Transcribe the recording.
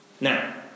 Now